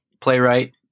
playwright